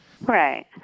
Right